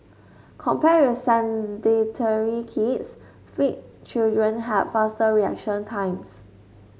compared with sedentary kids fit children had faster reaction times